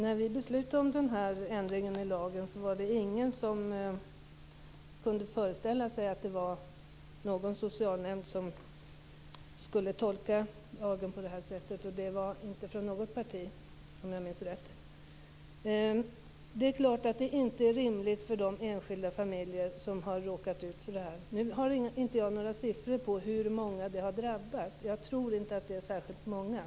Fru talman! När vi fattade beslut om denna ändring i lagen var det ingen, inte heller från något annat parti, som kunde föreställa sig att någon socialnämnd skulle tolka lagen på detta sätt. Det är klart att det inte är rimligt för de enskilda familjer som har råkat ut för detta. Jag har inte några siffror på hur många som detta har drabbat. Jag tror inte att det är särskilt många.